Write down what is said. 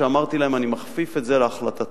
שאמרתי להם: אני מכפיף את זה להחלטתכם,